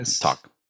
talk